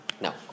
No